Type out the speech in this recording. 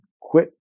quit